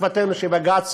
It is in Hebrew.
ותקוותנו היא שבג"ץ